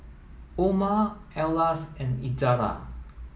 Omar Elyas and Izzara